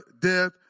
death